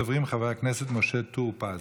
ראשון הדוברים, חבר הכנסת משה טור פז.